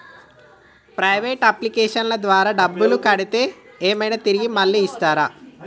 Private అప్లికేషన్ల ద్వారా డబ్బులు కడితే ఏమైనా తిరిగి మళ్ళీ ఇస్తరా?